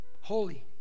Holy